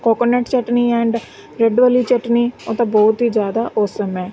coconut chutney and red ਵਾਲੀ ਚਟਨੀ ਉਹ ਤਾਂ ਬਹੁਤ ਹੀ ਜ਼ਿਆਦਾ ਔਸਮ ਹੈ